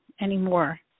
anymore